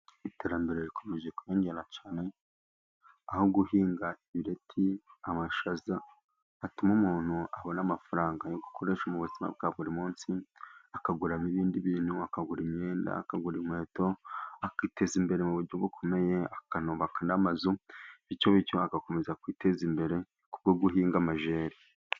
Iterambere rikomeje kwiyongera cyane, aho guhinga ibireti, amashaza, atuma umuntu abona amafaranga yo gukoresha mu buzima bwa buri munsi. Akaguramo ibindi bintu, akagura imyenda, akagura inkweto, akiteza imbere mu buryo bukomeye, akanubaka n’amazu. Gutyo, gutyo, agakomeza kwiteza imbere, kubwo guhinga amajeri.